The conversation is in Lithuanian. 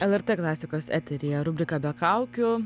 lrt klasikos eteryje rubriką be kaukių